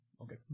Okay